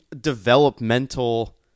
developmental